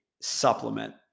supplement